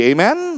Amen